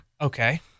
Okay